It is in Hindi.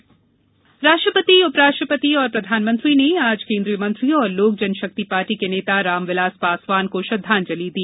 केबिनेट पासवान राष्ट्रपति उपराष्ट्रपति और प्रधानमंत्री ने आज केन्द्रीय मंत्री और लोक जनशक्ति पार्टी के नेता रामविलास पासवान को श्रद्वांजलि दी